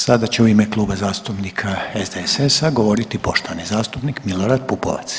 Sada će u ime Kluba zastupnika SDSS-a govoriti poštovani zastupnik Milorad Pupovac.